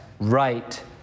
right